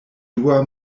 dua